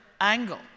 angle